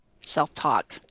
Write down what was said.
self-talk